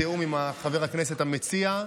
בתיאום עם חבר הכנסת המציע.